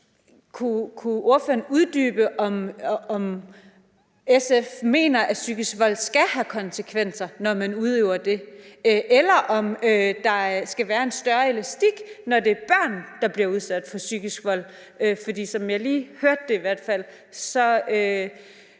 kunne ordføreren uddybe, om SF mener, at det skal have konsekvenser, når man udøver psykisk vold, eller om der skal være en større elastik i det, når det er børn, der bliver udsat for psykisk vold. For som jeg i hvert fald lige